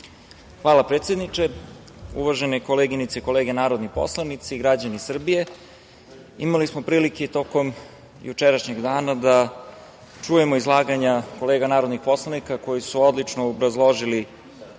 Hvala predsedniče. Uvažene koleginice i kolege narodni poslanici, građani Srbije, imali smo prilike tokom jučerašnjeg dana da čujemo izlaganja kolega narodnih poslanika koji su odlično obrazložili